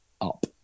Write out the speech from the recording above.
up